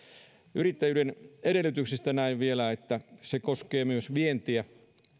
yrittäjyyden edellytyksistä näen vielä että se koskee myös vientiä